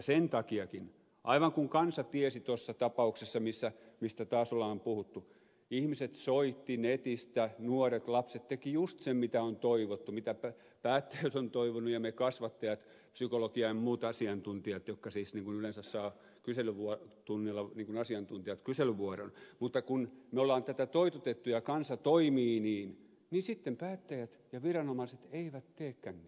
sen takiakin aivan kuin kansa tiesi tuossa tapauksessa mistä taas on puhuttu ihmiset soitti netistä nuoret lapset tekivät just sen mitä on toivottu mitä päättäjät ovat toivoneet ja mitä me kasvattajat psykologian ja muut asiantuntijat jotka siis niin kuin yleensä saavat kyselytunnilla niin kuin asiantuntijat kyselyvuoron mutta kun me olemme tätä toitotettu ja kansa toimii niin niin sitten päättäjät ja viranomaiset eivät teekään niin